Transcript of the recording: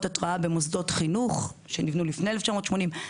התראה במוסדות חינוך שניבנו לפני 1980,